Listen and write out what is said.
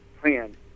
plan